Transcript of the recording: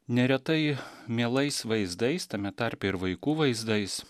neretai mielais vaizdais tame tarpe ir vaikų vaizdais